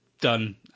done